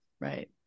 Right